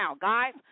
guys